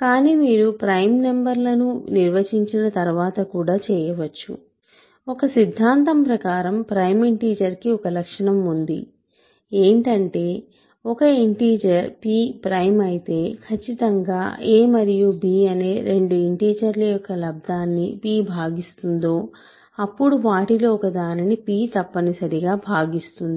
కాని మీరు prime number లను నిర్వచించిన తర్వాత కూడా చేయవచ్చు ఒక సిద్ధాంతం ప్రకారం ప్రైమ్ ఇంటీజర్ కి ఒక లక్షణం ఉందిఏంటంటే ఒక ఇంటిజర్ p ప్రైమ్ అయితే ఖచ్చితంగా a మరియు b అనే రెండు ఇంటిజర్ల యొక్క లబ్దాన్ని p భాగిస్తుందో అప్పుడు వాటిలో ఒకదానిని p తప్పనిసరిగా భాగిస్తుంది